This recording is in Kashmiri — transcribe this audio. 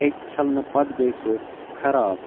اَکہِ چھَلنہٕ پَتہٕ گے سۄ خراب